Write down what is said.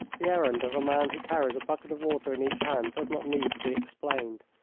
the errand of a man who carries a bucket of water in each hand does not need to be explained.